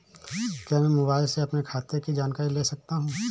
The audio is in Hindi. क्या मैं मोबाइल से अपने खाते की जानकारी ले सकता हूँ?